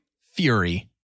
Fury